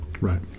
Right